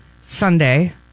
sunday